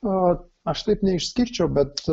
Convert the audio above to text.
na aš taip neišskirčiau bet